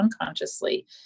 unconsciously